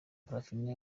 parfine